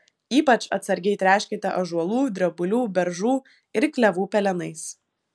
ypač atsargiai tręškite ąžuolų drebulių beržų ir klevų pelenais